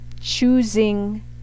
choosing